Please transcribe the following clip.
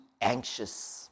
anxious